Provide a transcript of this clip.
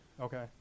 Okay